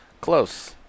Close